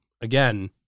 again